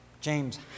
James